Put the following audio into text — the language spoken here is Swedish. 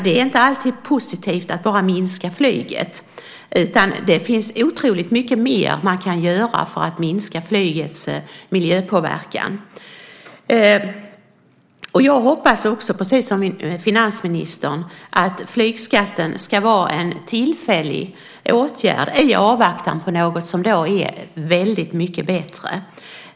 Det är inte alltid positivt att bara minska flyget, utan det finns otroligt mycket mer man kan göra för att minska flygets miljöpåverkan. Jag hoppas också, precis som finansministern, att flygskatten ska vara en tillfällig åtgärd i avvaktan på något som är väldigt mycket bättre.